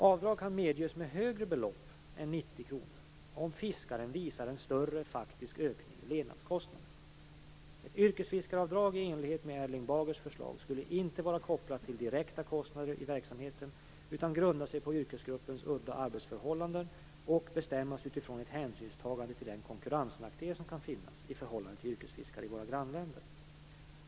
Avdrag kan medges med högre belopp än Ett yrkesfiskaravdrag i enlighet med Erling Bagers förslag skulle inte vara kopplat till direkta kostnader i verksamheten utan grunda sig på yrkesgruppens udda arbetsförhållanden och bestämmas utifrån ett hänsynstagande till den konkurrensnackdel som kan finnas i förhållande till yrkesfiskare i våra grannländer.